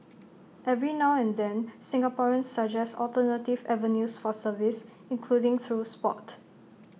every now and then Singaporeans suggest alternative avenues for service including through Sport